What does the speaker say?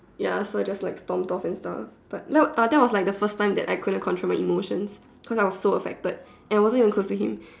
ya so I just like stormed off and stuff but no uh that was like the first time that I couldn't control my emotions cause I was so affected and I wasn't even close to him